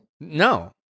No